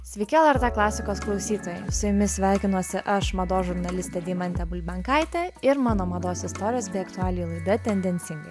sveiki lrt klasikos klausytojai su jumis sveikinuosi aš mados žurnalistė deimantė bulbenkaitė ir mano mados istorijos bei aktualijų laida tendencingai